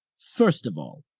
first of all,